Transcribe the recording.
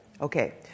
Okay